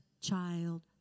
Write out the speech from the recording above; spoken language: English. child